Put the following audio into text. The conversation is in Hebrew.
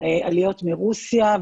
עליות מרוסיה,